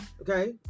Okay